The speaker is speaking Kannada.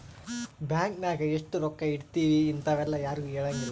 ಬ್ಯಾಂಕ್ ನಾಗ ಎಷ್ಟ ರೊಕ್ಕ ಇಟ್ತೀವಿ ಇಂತವೆಲ್ಲ ಯಾರ್ಗು ಹೆಲಂಗಿಲ್ಲ